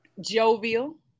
Jovial